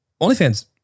OnlyFans